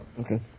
Okay